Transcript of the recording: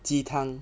鸡汤